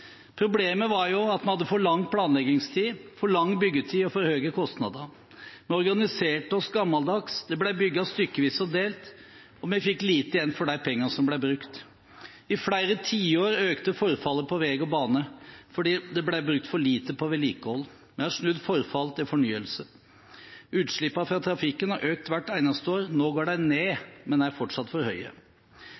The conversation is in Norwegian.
Problemet var at vi hadde for lang planleggingstid, for lang byggetid og for høye kostnader. Vi organiserte oss gammeldags, det ble bygget stykkevis og delt, og vi fikk lite igjen for de pengene som ble brukt. I flere tiår økte forfallet på vei og bane fordi det ble brukt for lite på vedlikehold. Vi har snudd forfall til fornyelse. Utslippene fra trafikken har økt hvert eneste år. Nå går de ned,